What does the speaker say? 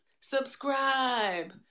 subscribe